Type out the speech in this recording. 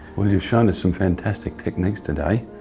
well you've shown us some fantastic techniques today,